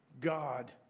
God